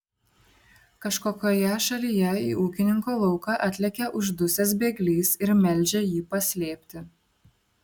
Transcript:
kažkokioje šalyje į ūkininko lauką atlekia uždusęs bėglys ir meldžia jį paslėpti